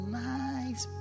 nice